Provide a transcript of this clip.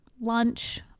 lunch